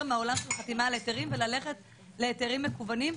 מהעולם של חתימה על היתרים וללכת להיתרים מקוונים,